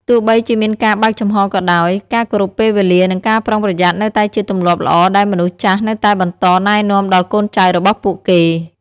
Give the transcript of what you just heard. ទោះបីជាមានការបើកចំហក៏ដោយ ការគោរពពេលវេលា និងការប្រុងប្រយ័ត្ននៅតែជាទម្លាប់ល្អដែលមនុស្សចាស់នៅតែបន្តណែនាំដល់កូនចៅរបស់ពួកគេ។